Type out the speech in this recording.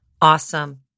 Awesome